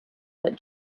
that